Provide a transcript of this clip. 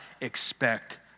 expect